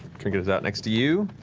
trinket is out, next to you.